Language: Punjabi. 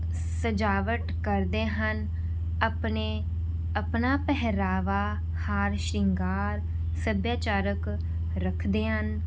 ਸਜਾਵਟ ਕਰਦੇ ਹਨ ਆਪਣੇ ਆਪਣਾ ਪਹਿਰਾਵਾ ਹਾਰ ਸ਼ਿੰਗਾਰ ਸੱਭਿਆਚਾਰਕ ਰੱਖਦੇ ਹਨ